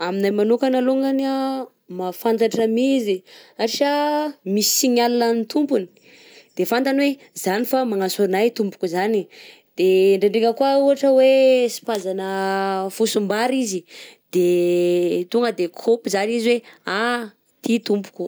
Amignahy manokana alongany an, mafantatra mi izy satria misy signal an'ny tompony de fantany hoe zany fa magnanso anay tompoko zany, de ndrendreka koà ohatra hoe sipazana fosim-bary izy de tonga de kaopy zany izy hoe a ty tompoko